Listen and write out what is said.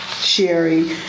Sherry